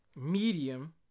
medium